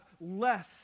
less